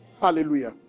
Hallelujah